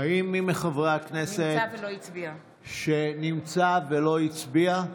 מחברי הכנסת שנמצא ולא הצביע?